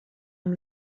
amb